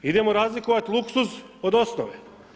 Idemo razlikovati luksuz od osnove.